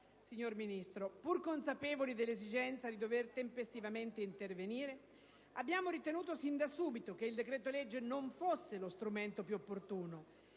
signor Ministro, pur consapevoli dell'esigenza di dover tempestivamente intervenire, abbiamo ritenuto sin da subito che il decreto-legge non fosse lo strumento più opportuno,